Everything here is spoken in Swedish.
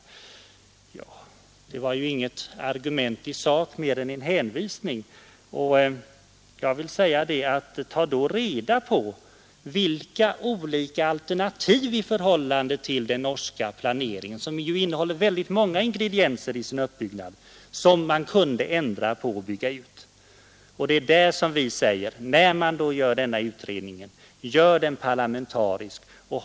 Det var inget argument i sak utan mer en hänvisning, och jag vill säga: Ta då reda på vilka olika alternativ i förhållande till den norska planeringen som innehåller väldigt många ingredienser i sin uppbyggnad som man kan ändra på eller vidareutbygga Det är i det sammanhanget vi hävdar att utredningen skall göras parlamentarisk.